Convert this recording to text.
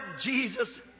Jesus